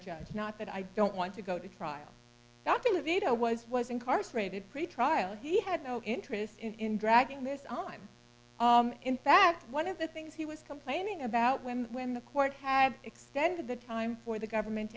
judge not that i don't want to go to trial not going to veto was was incarcerated pretrial he had no interest in dragging this on i'm in fact one of the things he was complaining about women when the court had extended the time for the government